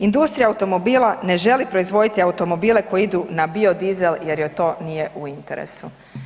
Industrija automobila na želi proizvoditi automobile koji idu na biodizel jer joj to nije u interesu.